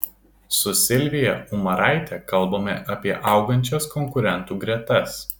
su silvija umaraite kalbame apie augančias konkurentų gretas